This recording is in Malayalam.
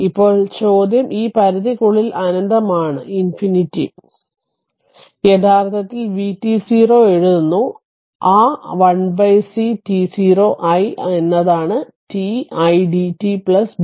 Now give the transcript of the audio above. ഇപ്പോൾ ചോദ്യം ഈ പരിധിക്കുള്ളിൽ അനന്തമാണ് യഥാർത്ഥത്തിൽ vt0 എഴുതുന്നു ആ 1ct0 ആയിഎന്നതാണ് t idt bt0